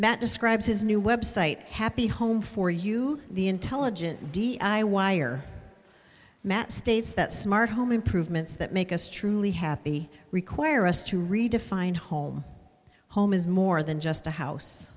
that describes his new website happy home for you the intelligent d i y or mat states that smart home improvements that make us truly happy require us to redefine home home is more than just a house